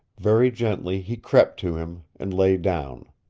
very gently he crept to him, and lay down.